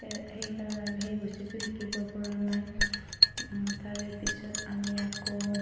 সে সেইকাৰণে আমি সেই বস্তুটো শিকিব পৰা নাই তাৰেপিছত আমি আকৌ